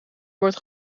wordt